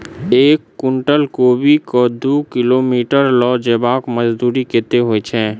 एक कुनटल कोबी केँ दु किलोमीटर लऽ जेबाक मजदूरी कत्ते होइ छै?